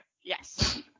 Yes